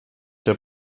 der